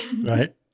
right